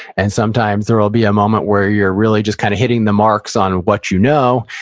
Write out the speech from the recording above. and sometimes, there will be a moment where you're really just kind of hitting the marks on what you know.